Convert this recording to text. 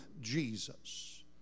Jesus